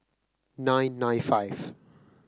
nine nine five